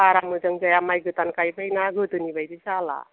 बारा मोजां जाया माइ गोदान गाइबाय ना गोदोनि बायदि जाला